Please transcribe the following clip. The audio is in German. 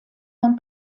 von